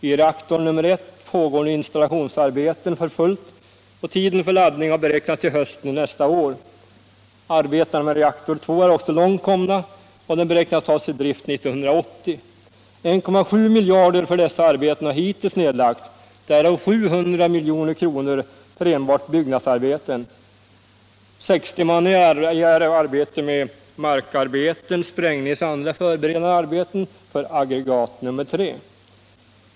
I reaktor nr 1 pågår nu installationsarbeten för fullt och tiden för laddning har beräknats till hösten nästa år. Arbetena med reaktor 2 är också långt komna och den beräknas tas i drift 1980. 1,7 miljarder har hittills nedlagts för dessa arbeten, därav 700 miljoner för enbart byggnadsarbeten. 60 man är i arbete med markarbeten samt sprängningsoch andra förberedande arbeten för aggregat 3.